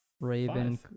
Raven